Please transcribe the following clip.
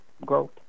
growth